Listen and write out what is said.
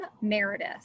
Meredith